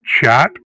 chat